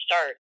start